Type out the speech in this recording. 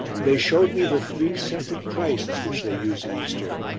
they showed me the three separate christs which they use at easter,